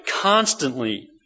constantly